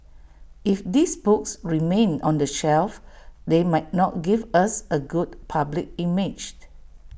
if these books remain on the shelf they might not give us A good public image